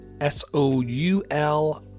s-o-u-l